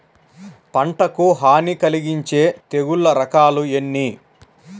పంటకు హాని కలిగించే తెగుళ్ళ రకాలు ఎన్ని?